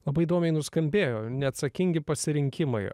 labai įdomiai nuskambėjo neatsakingi pasirinkimai